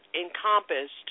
encompassed